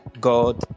God